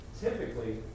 typically